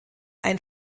ein